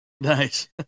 Nice